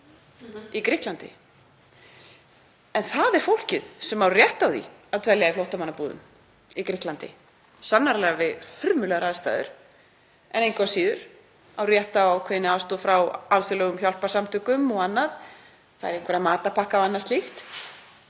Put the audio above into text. í Grikklandi. En það er fólkið sem á rétt á því að dvelja í flóttamannabúðum í Grikklandi, sannarlega við hörmulegar aðstæður en engu að síður á það rétt á ákveðinni aðstoð frá alþjóðlegum hjálparsamtökum og öðru, fær einhverja matarpakka og annað slíkt.